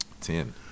Ten